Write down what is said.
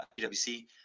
PWC